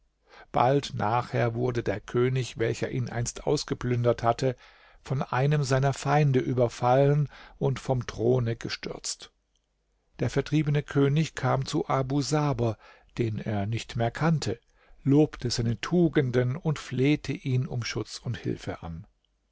bald nachher wurde der könig welcher ihn einst ausgeplündert hatte von einem seiner feinde überfallen und vom throne gestürzt der vertriebene könig kam zu abu saber den er nicht mehr kannte lobte seine tugenden und flehte ihn um schutz und hilfe an